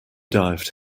dived